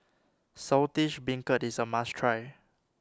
Saltish Beancurd is a must try